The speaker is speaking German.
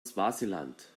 swasiland